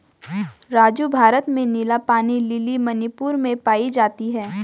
राजू भारत में नीला पानी लिली मणिपुर में पाई जाती हैं